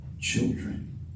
children